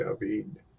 David